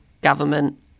government